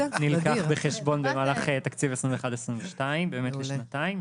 המקור התקציבי נלקח בחשבון במהלך תקציב 21'-22' לשנתיים,